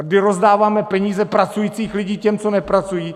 My rozdáváme peníze pracujících lidí těm, co nepracují!